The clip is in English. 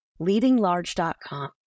leadinglarge.com